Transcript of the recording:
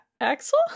Axel